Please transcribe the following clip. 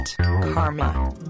karma